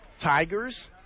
Tigers